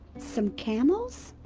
some camels?